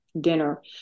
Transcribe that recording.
dinner